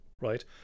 right